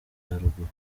haruguru